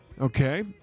Okay